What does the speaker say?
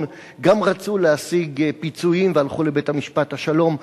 גם רצו להשיג פיצויים והלכו לבית-המשפט השלום,